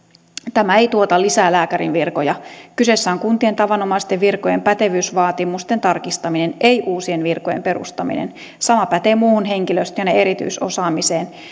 tämä ei tuota lisää lääkärinvirkoja kyseessä on kuntien tavanomaisten virkojen pätevyysvaatimusten tarkistaminen ei uusien virkojen perustaminen sama pätee muuhun henkilöstöön ja erityisosaamiseen